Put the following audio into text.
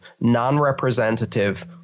non-representative